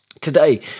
Today